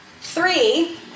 Three